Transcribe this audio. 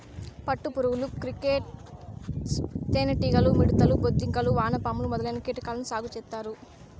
పట్టు పురుగులు, క్రికేట్స్, తేనె టీగలు, మిడుతలు, బొద్దింకలు, వానపాములు మొదలైన కీటకాలను సాగు చేత్తారు